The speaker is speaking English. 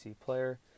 player